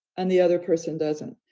and the other person doesn't?